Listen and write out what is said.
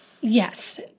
Yes